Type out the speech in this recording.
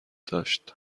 داشت